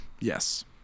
Yes